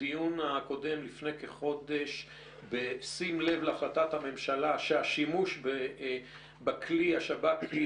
בדיון הקודם לפני כחודש בשים לב להחלטת הממשלה שהשימוש בכלי השב"כי